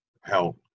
Help